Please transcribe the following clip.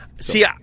See